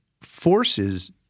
forces